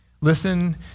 Listen